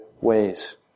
ways